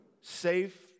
safe